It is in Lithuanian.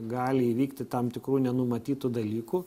gali įvykti tam tikrų nenumatytų dalykų